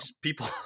people